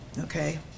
okay